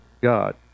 God